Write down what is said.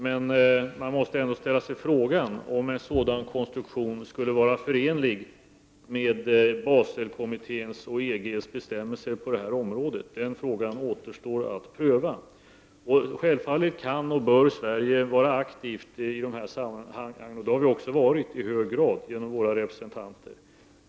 Men man måste ända ställa sig frågan om en sådan konstruktion skulle vara förenlig med Baselkommitténs och EGs bestämmelser på dessa områden. Den frågan återstår att pröva. Självfallet skall och bör Sverige vara aktivt i det här sammanhanget. Det har vi också varit i hög grad genom våra representanter.